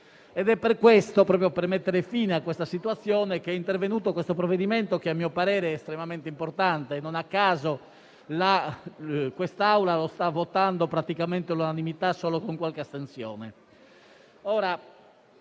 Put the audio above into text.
È per questo, proprio per mettere fine a questa situazione, che è intervenuto il provvedimento in esame, che - a mio parere - è estremamente importante; non a caso questa Assemblea lo sta votando praticamente all'unanimità, solo con qualche astensione.